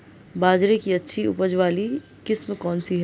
बाजरे की अच्छी उपज वाली किस्म कौनसी है?